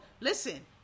listen